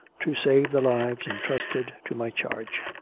to save the lives intrusted to my charge.